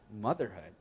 motherhood